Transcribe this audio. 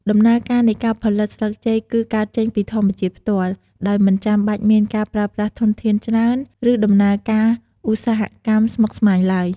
ដំណើរការនៃការផលិតស្លឹកចេកគឺកើតចេញពី ធម្មជាតិផ្ទាល់ ដោយមិនចាំបាច់មានការប្រើប្រាស់ធនធានច្រើន ឬដំណើរការឧស្សាហកម្មស្មុគស្មាញឡើយ។